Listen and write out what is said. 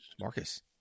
marcus